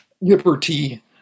liberty